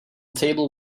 table